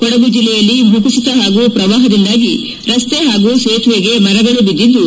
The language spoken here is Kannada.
ಕೊಡಗು ಜಿಲ್ಲೆಯಲ್ಲಿ ಭೂಕುಸಿತ ಹಾಗೂ ಪ್ರವಾಹದಿಂದಾಗಿ ರಸ್ತೆ ಹಾಗೂ ಸೇತುವೆಗೆ ಮರಗಳು ಬಿದ್ದಿದ್ದು